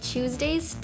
Tuesdays